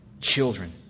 Children